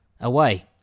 away